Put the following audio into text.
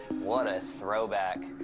what a throwback.